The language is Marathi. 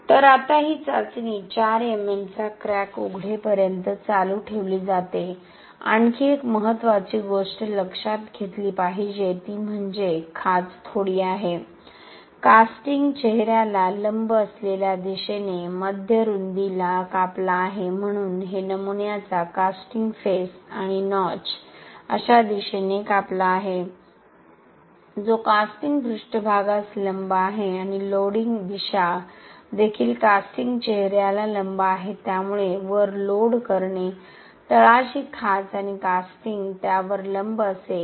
तर आता ही चाचणी 4 MM चा क्रॅक उघडेपर्यंत चालू ठेवली जाते आणखी एक महत्त्वाची गोष्ट लक्षात घेतली पाहिजे ती म्हणजे खाच थोडी आहे कास्टिंग चेहऱ्याला लंब असलेल्या दिशेने मध्य रुंदीला कापला आहे म्हणून हे नमुन्याचा कास्टिंग फेस आणि नॉच अशा दिशेने कापला आहे जो कास्टिंग पृष्ठभागास लंब आहे आणि लोडिंग दिशा देखील कास्टिंग चेहऱ्याला लंब आहे त्यामुळे वर लोड करणे तळाशी खाच आणि कास्टिंग त्यावर लंब असेल